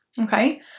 okay